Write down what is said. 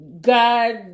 God